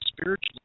spiritually